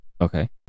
Okay